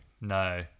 No